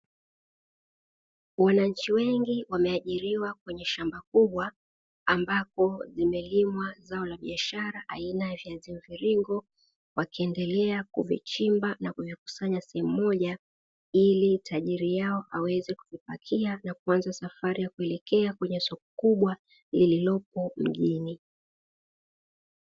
Wananchi wengi wameajiriwa kwenye shamba kubwa ambapo limelimwa zao la biashara aina ya viazi mviringo, wakiendelea kuvichimba na kuvikusanya sehemu moja, ili tajiri yao aweze kuvipakia na kuanza safari ya kuelekea kwenye soko kubwa lililopo mjini.